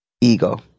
ego